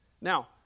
Now